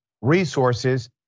resources